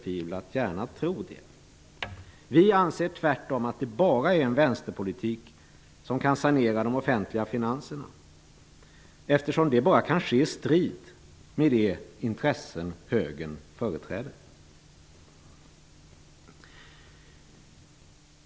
Vi anser tvärtom att det bara är en vänsterpolitik som kan sanera de offentliga finanserna, eftersom detta bara kan ske i strid med de intressen som högern företräder.